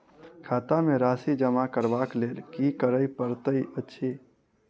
खाता मे राशि जमा करबाक लेल की करै पड़तै अछि?